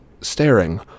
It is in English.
staring